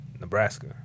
Nebraska